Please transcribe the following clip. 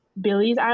Billy's